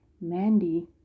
Mandy